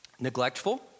Neglectful